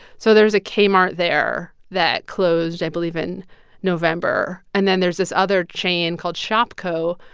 so there's a kmart there that closed, i believe, in november. and then there's this other chain called shopko.